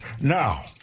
Now